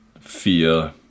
Fear